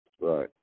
Right